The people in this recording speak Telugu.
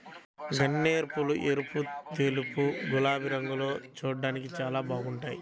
గన్నేరుపూలు ఎరుపు, తెలుపు, గులాబీ రంగుల్లో చూడ్డానికి చాలా బాగుంటాయ్